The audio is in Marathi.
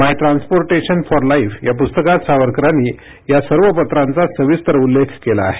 माय ट्रान्सपोर्टेशन फॉर लाईफ या पुस्तकात सावरकरांनी या सर्व पत्रांचा सविस्तर उल्लेख केला आहे